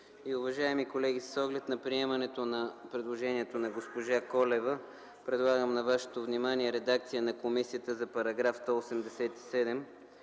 Уважаеми колеги с оглед на приемането на предложението на госпожа Колева, предлагам на вниманието ви редакция на комисията за § 187,